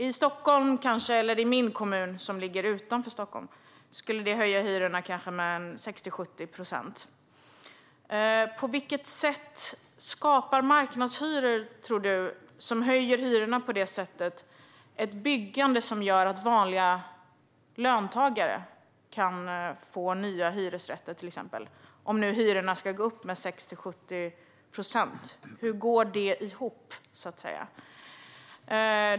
I Stockholm eller i min hemkommun, som ligger utanför Stockholm, skulle det kanske höja hyrorna med 60-70 procent. På vilket sätt tror Robert Hannah att marknadshyror skapar ett byggande som gör att till exempel vanliga löntagare kan få nya hyresrätter om nu hyrorna ska gå upp med 60-70 procent? Hur går det ihop, så att säga?